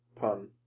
pun